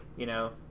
you know,